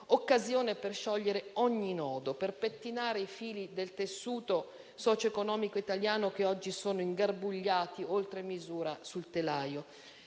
occasione per sciogliere ogni nodo, per pettinare i fili del tessuto socio-economico italiano che oggi sono ingarbugliati oltre misura sul telaio.